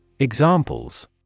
Examples